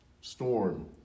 storm